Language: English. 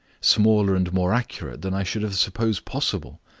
smaller and more accurate than i should have supposed possible.